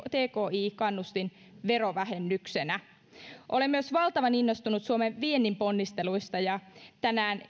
tki kannustin verovähennyksenä olen myös valtavan innostunut suomen viennin ponnisteluista tänään